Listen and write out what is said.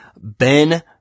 Ben